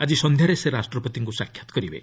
ଆଜି ସଂଧ୍ୟାରେ ସେ ରାଷ୍ଟ୍ରପତିଙ୍କୁ ସାକ୍ଷାତ୍ କରିବେ